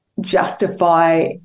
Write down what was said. justify